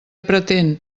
pretén